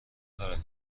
دارد